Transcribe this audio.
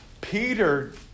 Peter